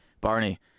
Barney